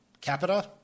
capita